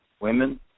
women